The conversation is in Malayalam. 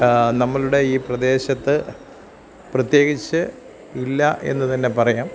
നമ്മളുടെ ഈ പ്രദേശത്ത് പ്രത്യേകിച്ച് ഇല്ല എന്ന് തന്നെ പറയാം